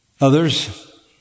others